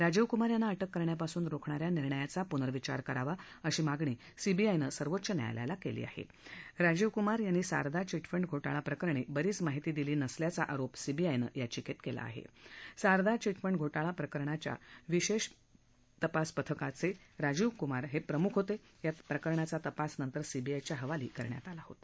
रोजीव कुमार यांना अटक करण्यापासून रोखणा या निर्णयाचा पूनर्विचार करावा अशी मागणी सीबीआयनं सर्वोच्च न्यायालयाला क्ली आहा राजीव कुमार यांनी सारदा चिटफंड घोटाळाप्रकरणी बरीच माहिती दिली नसल्याचा आरोप सीबीआयनं याचिकते कला आहा आरदा चिटफंड घोटाळा प्रकरणाच्या विशाष्ट प्रकरणाच्या विशाष्ट तपास पथकान राजीव कुमार प्रमुख होतबा प्रकरणाचा तपास नंतर सीबीआयच्या हवाली करण्यात आलं होता